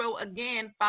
again